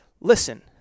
listen